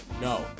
no